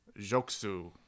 Joksu